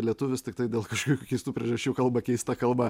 lietuvis tiktai dėl kažkokių keistų priežasčių kalba keista kalba